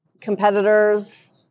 competitors